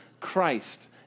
Christ